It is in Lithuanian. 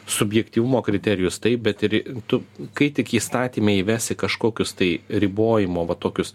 subjektyvumo kriterijus taip bet tu kai tik įstatyme įvesi kažkokius tai ribojimo va tokius